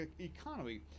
economy